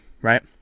right